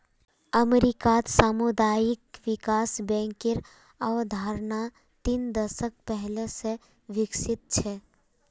अमेरिकात सामुदायिक विकास बैंकेर अवधारणा तीन दशक पहले स विकसित छ